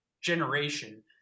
generation